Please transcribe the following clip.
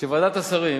שוועדת השרים